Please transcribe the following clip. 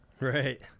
Right